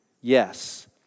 Yes